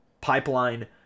pipeline